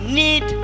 need